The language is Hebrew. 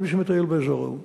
כל מי שמטייל באזור ההוא.